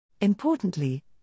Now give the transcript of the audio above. Importantly